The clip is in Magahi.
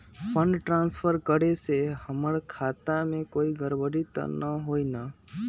फंड ट्रांसफर करे से हमर खाता में कोई गड़बड़ी त न होई न?